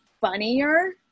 funnier